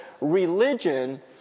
Religion